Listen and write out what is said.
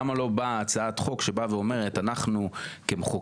למה לא באה הצעת חוק שבאה ואומרת אנחנו כמחוקקים,